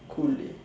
cool dey